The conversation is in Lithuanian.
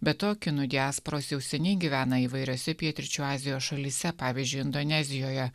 be to kinų diasporos jau seniai gyvena įvairiose pietryčių azijos šalyse pavyzdžiui indonezijoje